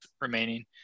remaining